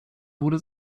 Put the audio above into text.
wurde